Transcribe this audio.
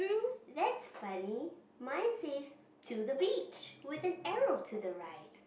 that's funny mine says to the beach with an arrow to the right